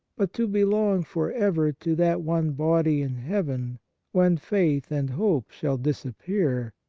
but to belong for ever to that one body in heaven when faith and hope shall disappear,